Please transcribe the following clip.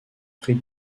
prix